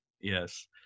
Yes